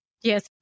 yes